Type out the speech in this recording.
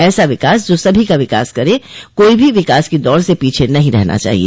ऐसा विकास जो सभी का विकास करें कोई भी विकास की दौड़ से पीछे नहीं रहना चाहिए